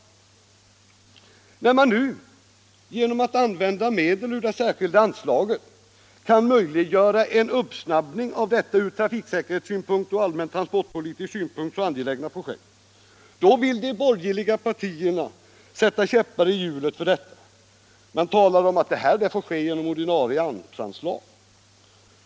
När man nu genom att använda medel ur det särskilda anslaget kan möjliggöra en uppsnabbning av detta ur trafiksäkerhetssynpunkt och allmän transportpolitisk synpunkt så angelägna projekt, då vill de borgerliga partierna sätta käppar i hjulet och talar om att detta får ske genom ordinarie AMS-anslag.